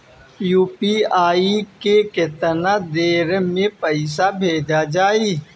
UPI से केतना देर मे पईसा भेजा जाई?